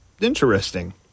interesting